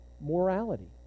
morality